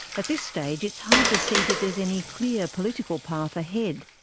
at this stage it's hard to see that there's any clear political path ahead,